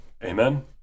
Amen